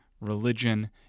religion